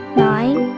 nine